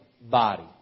body